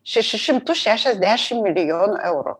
šešis šimtus šešiasdešim milijonų eurų